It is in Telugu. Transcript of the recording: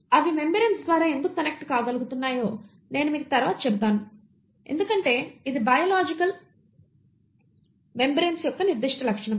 అవి మెంబ్రేన్స్ ద్వారా ఎందుకు కనెక్ట్ కాగలుగుతున్నాయో నేను మీకు తరువాత చెబుతాను ఎందుకంటే అది బయోలాజికల్ మెంబ్రేన్స్ యొక్క నిర్దిష్ట లక్షణం